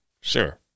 Sure